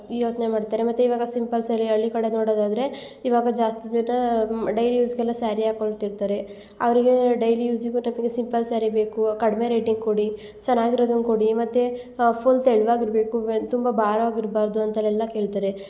ಯೋಚನೆ ಮಾಡ್ತಾರೆ ಮತ್ತು ಈವಾಗ ಸಿಂಪಲ್ ಸ್ಯಾರಿ ಹಳ್ಳಿ ಕಡೆ ನೋಡೋದಾದರೆ ಈವಾಗ ಜಾಸ್ತಿ ಜನ ಡೈಲಿ ಯೂಸ್ಗೆಲ್ಲ ಸ್ಯಾರಿ ಹಾಕೊಳ್ತಿರ್ತಾರೆ ಅವ್ರಿಗೆ ಡೈಲಿ ಯೂಸಿಗು ನಮಗೆ ಸಿಂಪಲ್ ಸ್ಯಾರಿ ಬೇಕು ಕಡಮೆ ರೇಟಿಗೆ ಕೊಡಿ ಚೆನ್ನಾಗಿರೋದನ್ನ ಕೊಡಿ ಮತ್ತು ಫುಲ್ ತೆಳುವಾಗ ಇರಬೇಕು ವೆ ತುಂಬ ಭಾರವಾಗಿ ಇರ್ಬಾರದು ಅಂಥದ್ದು ಎಲ್ಲ ಕೇಳ್ತಾರೆ